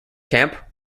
camp